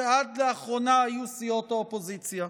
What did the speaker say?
שעד לאחרונה היו סיעות האופוזיציה.